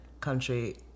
country